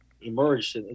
emerged